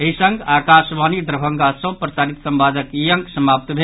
एहि संग आकाशवाणी दरभंगा सँ प्रसारित संवादक ई अंक समाप्त भेल